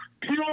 Pure